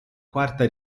quarta